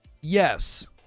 yes